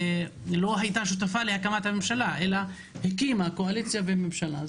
היא לא הייתה שותפה להקמת הממשלה אלא הקימה קואליציה וממשלה.